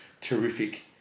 terrific